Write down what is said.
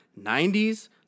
90s